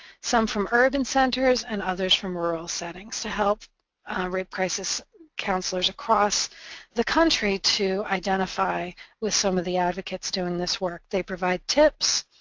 some from urban centers and others from rural settings to help rape crisis counselors across the country to identify with some of the advocates doing this work. they provide tips,